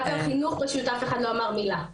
על חינוך אף אחד לא אמר מילה.